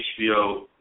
HBO